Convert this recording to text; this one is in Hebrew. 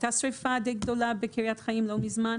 הייתה שריפה די גדולה בקריית חיים לא מזמן.